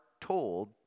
told